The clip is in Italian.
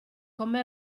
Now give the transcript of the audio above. come